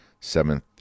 seventh